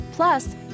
Plus